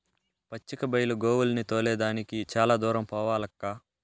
పచ్చిక బైలు గోవుల్ని తోలే దానికి చాలా దూరం పోవాలక్కా